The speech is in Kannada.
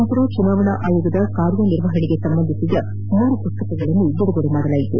ನಂತರ ಚುನಾವಣಾ ಆಯೋಗದ ಕಾರ್ಯ ನಿರ್ವಹಣೆಗೆ ಸಂಬಂಧಿಸಿದ ಮೂರು ಪುಸ್ತಕಗಳನ್ನು ಬಿಡುಗಡೆ ಮಾಡಲಾಯಿತು